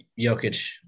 Jokic